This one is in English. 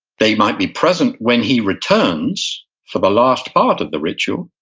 they might be present when he returns for the last part of the ritual,